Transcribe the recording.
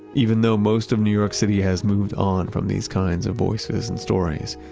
even though most of new york city has moved on from these kinds of voices and stories,